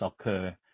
occur